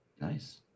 Nice